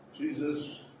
Jesus